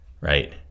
right